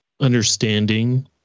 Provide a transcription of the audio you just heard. understanding